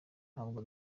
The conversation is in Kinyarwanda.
ntabwo